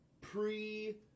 pre